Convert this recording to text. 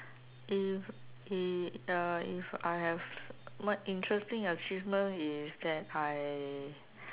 if if uh if I have my interesting achievement is that I